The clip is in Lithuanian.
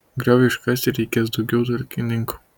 grioviui iškasti reikės daugiau talkininkų